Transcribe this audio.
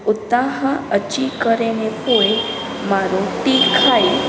उतां खां अची करे ने पोइ मां रोटी खाई